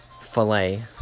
Filet